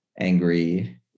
angry